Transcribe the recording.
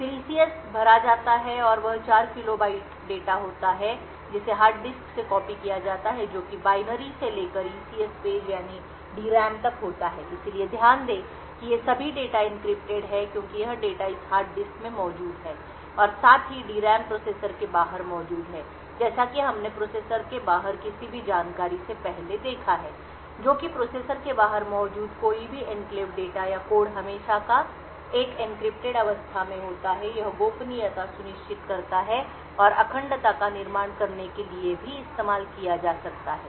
फिर ECS भरा जाता है और वह 4 किलो बाइट डेटा होता है जिसे हार्ड डिस्क से कॉपी किया जाता है जो कि बाइनरी से लेकर ECS पेज यानी DRAM तक होता है इसलिए ध्यान दें कि ये सभी डेटा एन्क्रिप्टेड हैं क्योंकि यह डेटा इस हार्ड डिस्क में मौजूद है और साथ ही DRAM प्रोसेसर के बाहर मौजूद है और जैसा कि हमने प्रोसेसर के बाहर किसी भी जानकारी से पहले देखा है जो कि प्रोसेसर के बाहर मौजूद कोई भी एन्क्लेव डेटा या कोड हमेशा एक एन्क्रिप्टेड अवस्था में होता है यह गोपनीयता सुनिश्चित करता है और अखंडता का निर्माण करने के लिए भी इस्तेमाल किया जा सकता है